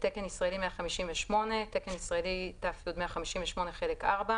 "ת"י 158" תקן ישראלי ת"י 158 חלק 4,